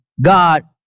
God